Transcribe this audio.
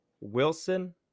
Wilson